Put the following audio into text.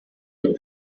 lokon